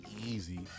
easy